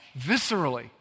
viscerally